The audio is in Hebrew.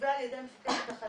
מלווה על ידי מפקד התחנה.